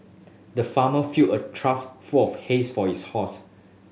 the farmer filled a trough full of hay for his horse